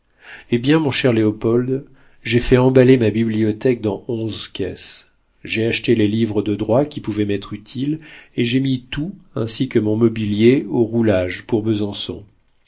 eh bien mon cher léopold j'ai fait emballer ma bibliothèque dans onze caisses j'ai acheté les livres de droit qui pouvaient m'être utiles et j'ai mis tout ainsi que mon mobilier au roulage pour besançon